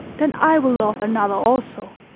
then i will love another also.